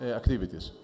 activities